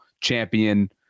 champion